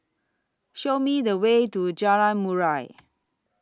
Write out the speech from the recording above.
Show Me The Way to Jalan Murai